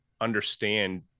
understand